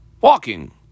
walking